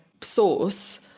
source